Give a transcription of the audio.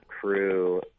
crew